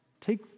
take